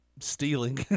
stealing